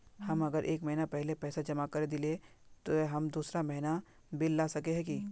हम अगर एक महीना पहले पैसा जमा कर देलिये ते हम दोसर महीना बिल ला सके है की?